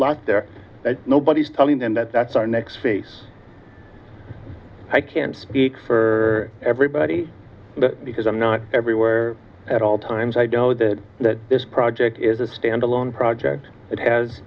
lot there that nobody's telling them that that's our next face i can't speak for everybody because i'm not everywhere at all times i don't know that that this project is a standalone project it has